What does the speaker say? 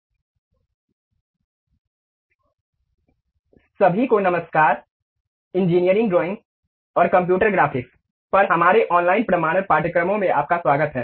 SolidWorks सभी को नमस्कार इंजीनियरिंग ड्राइंग और कंप्यूटर ग्राफिक्स पर हमारे ऑनलाइन प्रमाणन पाठ्यक्रमों में आपका स्वागत है